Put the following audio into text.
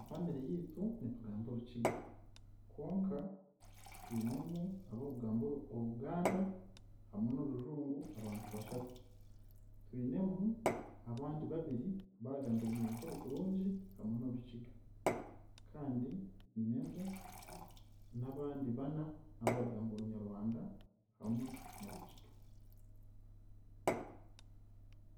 Family yitu, nitugamba Orukiga konka twinemu abakugamba Oru- Oruganda hamwe n'Orujungu abantu bashatu, twinemu abandi babiri, baragamba Orunyankore kurungi hamwe n'Orukiga kandi nyinemu n'abandi bana, abaragamba Orunyarwanda, hamwe n'Orukiga.